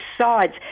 sides